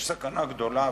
יש סכנה גדולה,